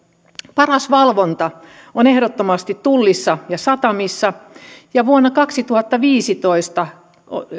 paras valvonta on ehdottomasti tullissa ja satamissa ja vuonna kaksituhattaviisitoista